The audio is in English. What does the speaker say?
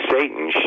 Satan